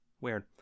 weird